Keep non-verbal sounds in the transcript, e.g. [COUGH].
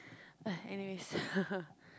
ah anyways [LAUGHS]